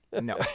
No